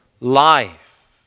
life